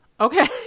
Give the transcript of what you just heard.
Okay